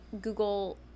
Google